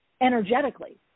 energetically